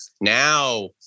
Now